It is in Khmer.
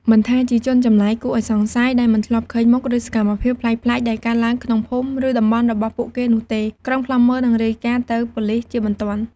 មិនថាជា ជនចម្លែកគួរឱ្យសង្ស័យ ដែលមិនធ្លាប់ឃើញមុខ ឬ សកម្មភាពប្លែកៗដែលកើតឡើងក្នុងភូមិ ឬតំបន់របស់ពួកគេនោះទេ ក្រុមឃ្លាំមើលនឹងរាយការណ៍ទៅប៉ូលិសជាបន្ទាន់។